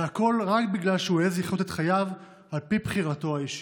והכול רק בגלל שהוא העז לחיות את חייו על פי בחירתו האישית.